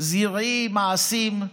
זרעי מעשים,